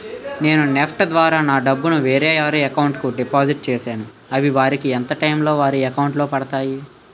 నేను నెఫ్ట్ ద్వారా నా డబ్బు ను వేరే వారి అకౌంట్ కు డిపాజిట్ చేశాను అవి వారికి ఎంత టైం లొ వారి అకౌంట్ లొ పడతాయి?